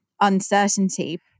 uncertainty